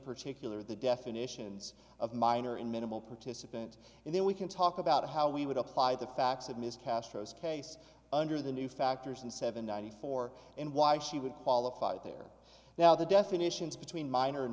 particular the definitions of minor and minimal participant and then we can talk about how we would apply the facts of ms castro's case under the new factors and seven ninety four and why she would qualify there now the definitions between minor